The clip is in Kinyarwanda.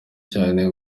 cyane